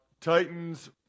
Titans